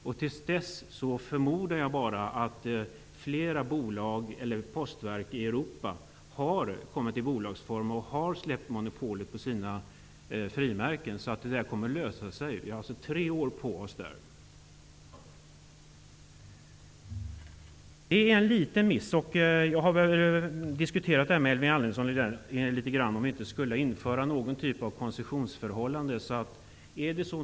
Jag förmodar att det vid den tiden har blivit så att flera postverk i Europa kommer att ha övergått i bolagsform och kommer att ha övergivit sina frimärksmonopol. Vi har alltså tre år på oss för att lösa denna fråga. Detta är en liten miss, och jag har diskuterat med Elving Andersson om det inte borde införas någon typ av koncessionsförhållande.